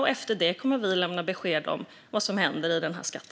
Därefter kommer vi att lämna besked om vad som händer med denna skatt.